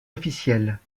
officielles